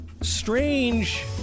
strange